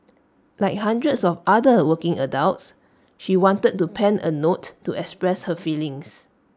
like hundreds of other working adults she wanted to pen A note to express her feelings